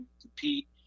compete